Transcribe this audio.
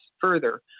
further